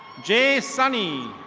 jay sunny.